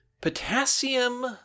Potassium